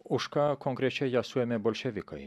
už ką konkrečiai ją suėmė bolševikai